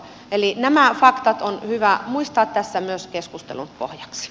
myös nämä faktat on hyvä muistaa tässä keskustelun pohjaksi